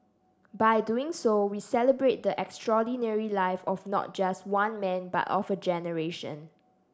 by doing so we celebrate the extraordinary life of not just one man but of a generation